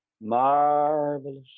marvelous